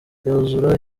yuzura